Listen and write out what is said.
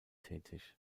tätig